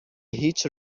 هیچ